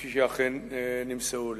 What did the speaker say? כפי שאכן נמסרו לי.